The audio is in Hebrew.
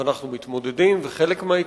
ואנחנו חלק מההתמודדות.